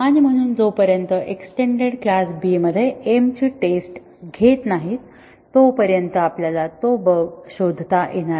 आणि म्हणून जोपर्यंत आपण एक्स्टेंडेड क्लास B मध्ये m ची टेस्ट घेत नाही तोपर्यंत आपल्याला तो बग शोधता येणार नाही